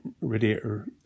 radiator